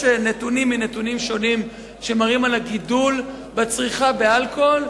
יש נתונים מנתונים שונים שמראים את הגידול בצריכת האלכוהול,